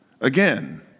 again